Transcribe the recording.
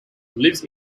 lives